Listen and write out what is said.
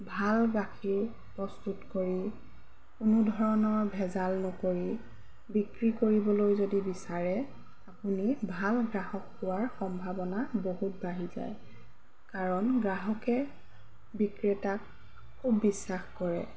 ভাল গাখীৰ প্ৰস্তুত কৰি কোনো ধৰণৰ ভেজাল নকৰি বিক্ৰী কৰিবলৈ যদি বিচাৰে আপুনি ভাল গ্ৰাহক হোৱাৰ সম্ভাৱনা বহুত বাঢ়ি যায় কাৰণ গ্ৰাহকে বিক্ৰেতাক খুব বিশ্বাস কৰে